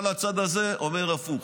כל הצד הזה אומר הפוך.